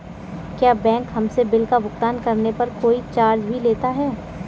क्या बैंक हमसे बिल का भुगतान करने पर कोई चार्ज भी लेता है?